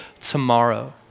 tomorrow